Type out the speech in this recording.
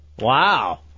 wow